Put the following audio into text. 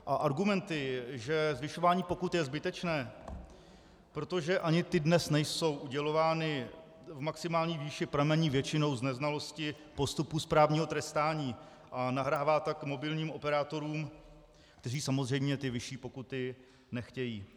A argumenty, že zvyšování pokut je zbytečné, protože ani ty dnes nejsou udělovány v maximální výši, pramení většinou z neznalosti správního trestání, a nahrává tak mobilním operátorům, kteří samozřejmě ty vyšší pokuty nechtějí.